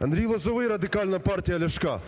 Андрій Лозовой, Радикальна партія Ляшка.